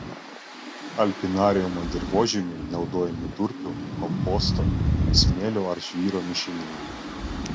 alpinariumo dirvožemiui naudojami durpių komposto smėlio ar žvyro mišiniai